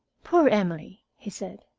poor emily, he said.